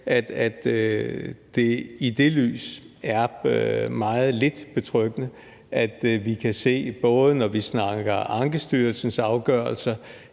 at det i det lys er meget lidt betryggende, at vi kan se og vi kan konstatere, at der – når vi snakker Ankestyrelsens afgørelser